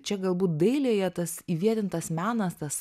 čia galbūt dailėje tas įvietintas menas tas